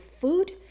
food